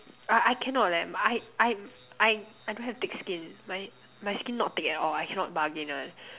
I I cannot leh I I I I don't have thick skin my my skin not thick at all I cannot bargain [one]